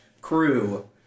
crew